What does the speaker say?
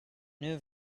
new